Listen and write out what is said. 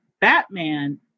batman